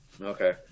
okay